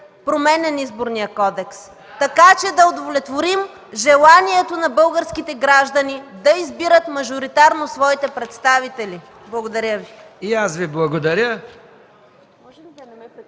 променян Изборният кодекс, така че да удовлетворим желанието на българските граждани да избират мажоритарно своите народни представители? Благодаря Ви.